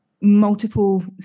multiple